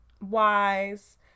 wise